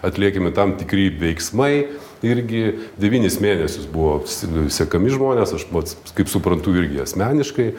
atliekami tam tikri veiksmai irgi devynis mėnesius buvo se sekami žmonės aš pats kaip suprantu irgi asmeniškai